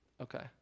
Okay